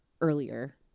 earlier